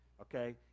okay